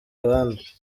abandi